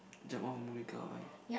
jump off a moving car why